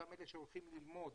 אותם אלה שהולכים ללמוד